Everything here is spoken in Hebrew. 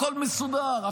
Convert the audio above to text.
הכול מסודר,